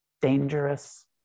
Dangerous